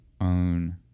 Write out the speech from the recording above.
own